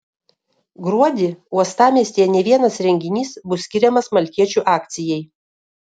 gruodį uostamiestyje ne vienas renginys bus skiriamas maltiečių akcijai